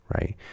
right